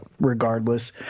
regardless